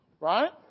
Right